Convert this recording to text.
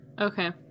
Okay